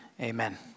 Amen